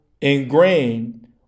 ingrained